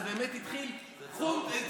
זה באמת התחיל כחול-תכלת.